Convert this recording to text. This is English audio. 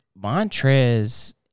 Montrez